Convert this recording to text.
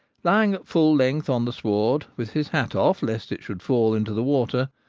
lying at full length on the sward, with his hat off lest it should fall into the water,